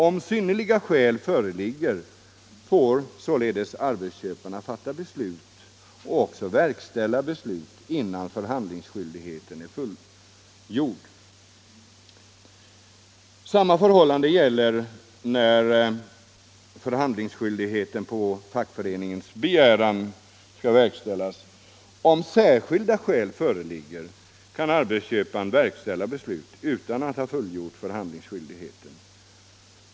Om synnerliga skäl föreligger får således arbetsköparna fatta beslut och iäven verkställa beslut innan förhandlingsskyldigheten är fullgjord. Samma förhållande gäller när förhandlingsskyldigheten på fackförenings begäran skall verkställas. Om särskilda skäl föreligger kan arbetsköparna verkställa beslut utan att ha fullgjort förhandlingsskyldigheten.